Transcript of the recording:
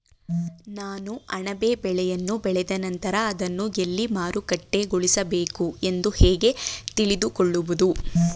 ನಾನು ಅಣಬೆ ಬೆಳೆಯನ್ನು ಬೆಳೆದ ನಂತರ ಅದನ್ನು ಎಲ್ಲಿ ಮಾರುಕಟ್ಟೆಗೊಳಿಸಬೇಕು ಎಂದು ಹೇಗೆ ತಿಳಿದುಕೊಳ್ಳುವುದು?